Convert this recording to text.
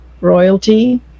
royalty